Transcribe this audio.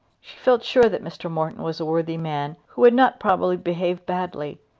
she felt sure that mr. morton was a worthy man who would not probably behave badly,